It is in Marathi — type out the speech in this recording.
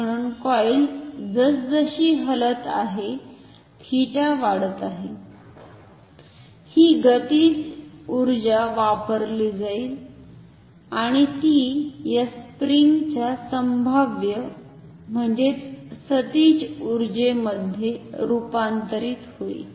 म्हणून कॉइल जसजशी हलत आहे 𝜃 वाढत आहे ही गतिज उर्जा वापरली जाईल आणि ती या स्पिंग च्या संभाव्य सतीज उर्जेमध्ये रूपांतरित होईल